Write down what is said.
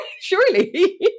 Surely